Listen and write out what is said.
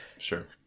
Sure